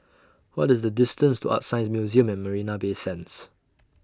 What IS The distance to ArtScience Museum At Marina Bay Sands